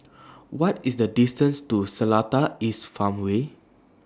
What IS The distance to Seletar East Farmway